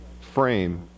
frame